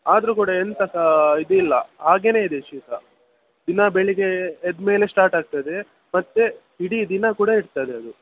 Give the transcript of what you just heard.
ಆದರೂ ಕೂಡ ಎಂತ ಸಹ ಇದಿಲ್ಲ ಹಾಗೆಯೇ ಇದೆ ಶೀತ ದಿನ ಬೆಳಿಗ್ಗೆ ಎದ್ದ ಮೇಲೆ ಸ್ಟಾರ್ಟ್ ಆಗ್ತದೆ ಮತ್ತೆ ಇಡೀ ದಿನ ಕೂಡ ಇರ್ತದೆ ಅದು